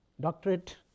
doctorate